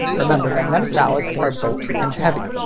remember, magnetic ballasts are bulky and heavy.